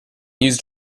used